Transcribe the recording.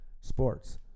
sports